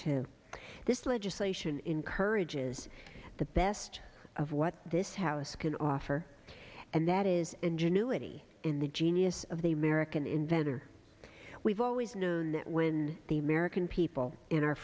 ten this legislation encourage is the best of what this house can offer and that is ingenuity in the genius of the american inventor we've always known that when the american people in our